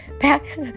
back